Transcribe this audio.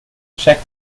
check